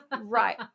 Right